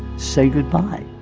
say goodbye.